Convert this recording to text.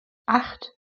acht